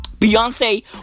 Beyonce